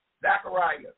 Zachariah